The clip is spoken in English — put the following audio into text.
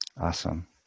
Awesome